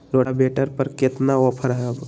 Rotavator पर केतना offer हव?